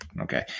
Okay